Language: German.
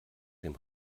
dem